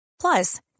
Plus